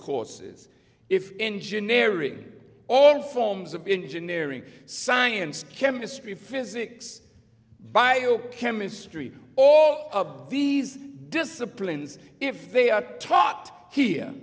courses if engineering all forms of be engineering science chemistry physics bio chemistry all of these disciplines if they are taught here